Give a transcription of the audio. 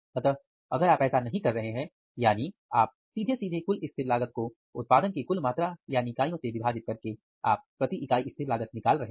अतः अगर आप ऐसा नहीं कर रहे हैं यानी आप सीधे सीधे कुल स्थिर लागत को उत्पादन की कुल मात्रा यानी इकाइयों से विभाजित करके आप प्रति इकाई स्थिर लागत निकाल रहे हैं